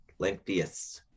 lengthiest